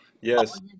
yes